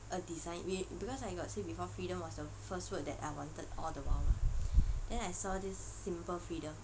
a design because I got say before freedom was the first word that I wanted all the while then I saw this simple freedom